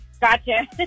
Gotcha